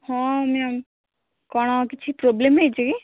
ହଁ ମ୍ୟାମ୍ କ'ଣ କିଛି ପ୍ରୋବ୍ଲେମ୍ ହେଇଛି କି